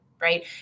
right